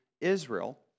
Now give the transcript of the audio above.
Israel